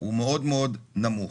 הוא מאוד מאוד נמוך.